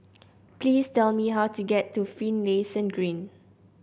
please tell me how to get to Finlayson Green